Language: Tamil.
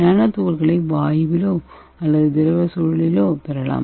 நானோ துகள்களை வாயுவிலோ அல்லது திரவ சூழலிலோ பெறலாம்